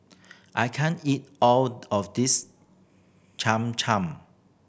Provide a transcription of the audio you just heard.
I can't eat all of this Cham Cham